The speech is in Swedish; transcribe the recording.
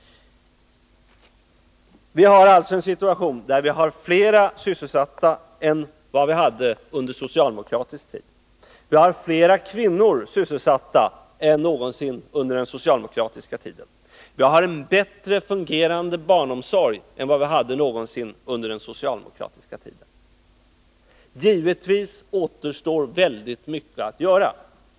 Vi har alltså en situation där vi har fler sysselsatta än vi hade under socialdemokratisk tid. Vi har fler kvinnor sysselsatta än någonsin under den socialdemokratiska tiden. Vi har en bättre fungerande barnomsorg än vi någonsin hade under den socialdemokratiska tiden. Givetvis återstår väldigt mycket att göra.